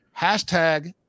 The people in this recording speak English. hashtag